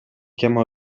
chiama